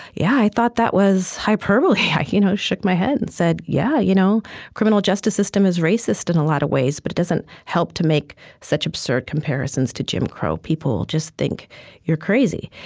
yeah, i thought that was hyperbole. i you know shook my head and said, yeah, you know criminal justice system is racist in a lot of ways, but it doesn't help to make such absurd comparisons to jim crow. people will just think you're crazy.